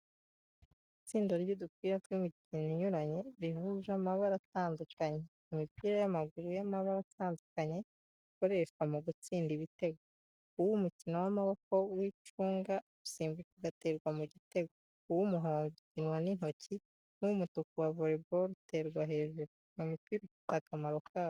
Itsinda ry’udupira tw’imikino inyuranye rihuje amabara atandukanye, imipira y’amaguru y'amabara atandukanye ikoreshwa mu gutsinda ibitego, uw’umukino w'amaboko w’icunga usimbuka ugaterwa mu gitego, uw’umuhondo ukinwa n’intoki, n’uw’umutuku wa volleyball uterwa hejuru. Buri mupira ufite akamaro kawo.